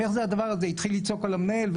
התחיל לצעוק על המנהל.